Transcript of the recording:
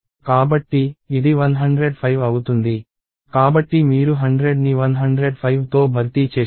కాబట్టి ఇది 105 అవుతుంది కాబట్టి మీరు 100 ని 105తో భర్తీ చేశారు